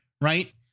Right